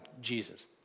Jesus